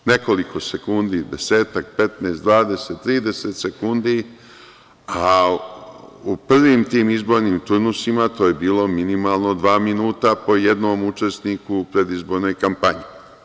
Nekoliko sekundi, desetak, 15, 20, 30 sekundi, a u prvim tim izbornim turnusima, to je bilo minimalno dva minuta po jednom učesniku u predizbornoj kampanji.